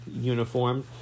uniform